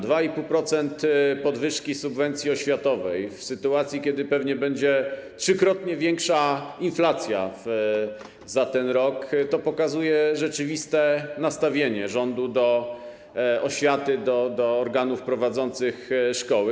2,5% podwyżki subwencji oświatowej, w sytuacji kiedy pewnie będzie trzykrotnie większa inflacja za ten rok, pokazuje rzeczywiste nastawienie rządu do oświaty, do organów prowadzących szkoły.